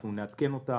אנחנו נעדכן אותה